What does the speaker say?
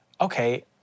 okay